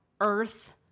earth